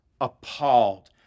appalled